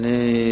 הסעיף הבא,